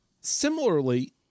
similarly